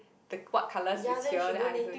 the what colors is here then I